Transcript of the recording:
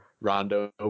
Rondo